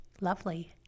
lovely